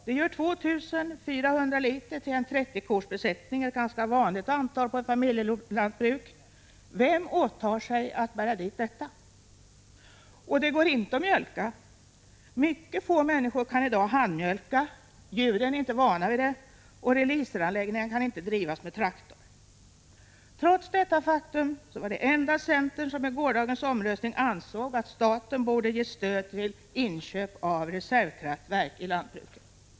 Det gör 2 400 liter till en 30-korsbesättning, ett ganska vanligt antal på ett familjelantbruk. Vem åtar sig att bära dit allt vatten? Och inte heller går det att mjölka. Mycket få människor kan i dag handmjölka, djuren är inte vana vid detta och releaseranläggningarna kan inte drivas med traktor. Trots dessa fakta var det endast centern som i gårdagens omröstning ansåg att staten borde ge stöd till inköp till reservkraftverk till lantbruket.